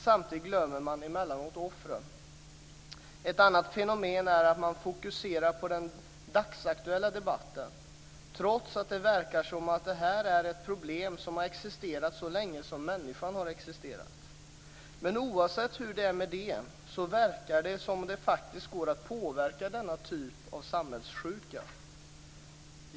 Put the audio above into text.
Samtidigt glömmer man emellanåt offren. Ett annat fenomen är att man fokuserar på den dagsaktuella debatten, trots att det verkar som om det här är ett problem som har existerat så länge som människan har existerat. Men oavsett hur det är med det, så verkar det som om det faktiskt går att påverka denna typ av samhällssjuka.